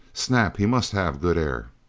snap he must have good air.